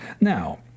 Now